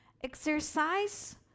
Exercise